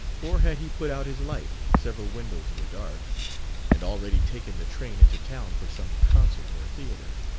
or had he put out his light several windows were dark and already taken the train into town for some concert or theatre?